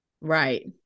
Right